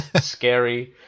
scary